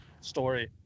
story